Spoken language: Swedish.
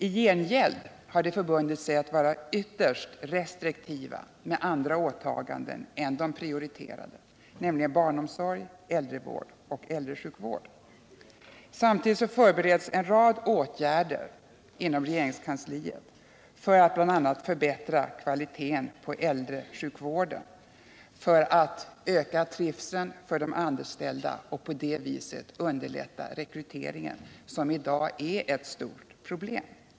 I gengäld har de förbundit sig att vara ytterst restriktiva med andra åtaganden än de prioriterade, nämligen barnomsorg, äldrevård och äldresjukvård. Samtidigt förbereds inom regeringskansliet en rad åtgärder för att bl.a. förbättra kvaliteten på äldresjukvården samt för att öka trivseln för de anställda och på det sättet underlätta rekryteringen, som i dag är ett stort problem.